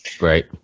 Right